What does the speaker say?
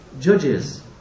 judges